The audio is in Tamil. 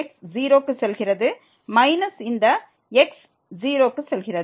0 க்கு செல்கிறது மைனஸ் இந்த x 0 க்கு செல்கிறது